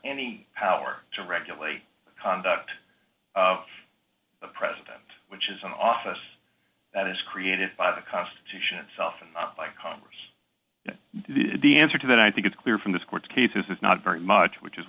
any power to regulate the conduct of a president which is an office that is created by the constitution itself and congress the answer to that i think it's clear from this court case is not very much which is